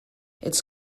its